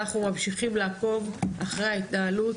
אנחנו ממשיכים לעקוב אחרי ההתנהלות.